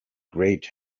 great